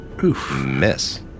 Miss